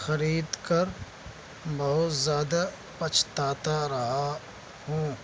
خرید کر بہت زیادہ پچھتاتا رہا ہوں